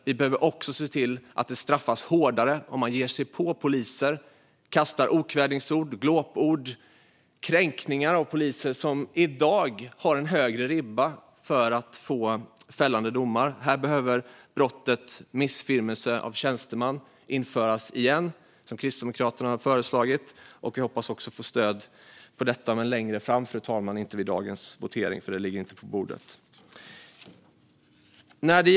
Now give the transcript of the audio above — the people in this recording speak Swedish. Vi behöver också se till att det straffar sig hårdare om man ger sig på poliser, skriker okvädingsord och glåpord efter poliser och kränker poliser. I dag är det en högre ribba för fällande domar. Här behöver brottet missfirmelse mot tjänsteman införas igen, vilket Kristdemokraterna har föreslagit. Vi hoppas också att få stöd för detta - men längre fram, fru talman, inte vid dagens votering eftersom frågan inte ligger på bordet.